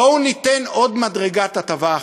בואו ניתן עוד מדרגת הטבה אחת.